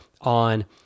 on